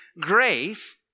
grace